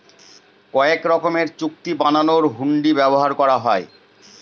কয়েক রকমের চুক্তি বানানোর হুন্ডি ব্যবহার করা হয়